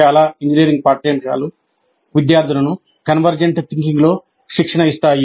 చాలా ఇంజనీరింగ్ పాఠ్యాంశాలు విద్యార్థులను కన్వర్జెంట్ థింకింగ్లో శిక్షణ ఇస్తాయి